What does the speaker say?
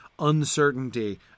uncertainty